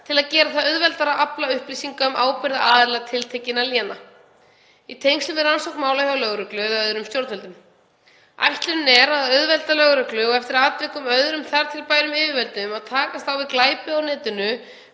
til að gera það auðveldara að afla upplýsinga um ábyrgðaraðila tiltekinna léna, í tengslum við rannsókn mála hjá lögreglu eða öðrum stjórnvöldum. Ætlunin er að auðvelda lögreglu og eftir atvikum öðrum þar til bærum yfirvöldum að takast á við glæpi á netinu,